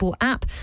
app